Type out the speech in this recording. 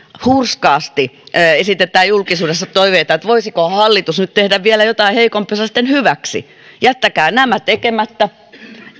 hurskaasti esitetään julkisuudessa toiveita että voisiko hallitus nyt tehdä vielä jotain heikompiosaisten hyväksi jättäkää nämä tekemättä